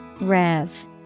Rev